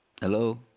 Hello